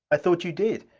i thought you did.